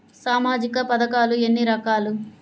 సామాజిక పథకాలు ఎన్ని రకాలు?